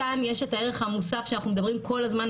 כאן יש את הערך המוסף שאנחנו מדברים כל הזמן,